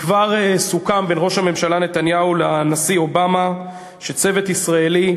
כבר סוכם בין ראש הממשלה נתניהו לנשיא אובמה שצוות ישראלי,